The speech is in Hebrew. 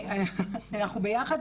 אנחנו ביחד,